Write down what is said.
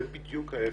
זה בדיוק ההפך.